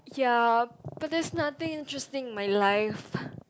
ya but there's nothing interesting in my life